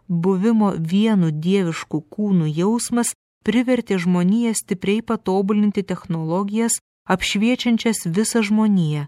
buvimo vienu dievišku kūnu jausmas privertė žmoniją stipriai patobulinti technologijas apšviečiančias visą žmoniją